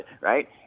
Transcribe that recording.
right